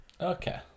okay